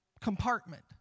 compartment